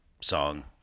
song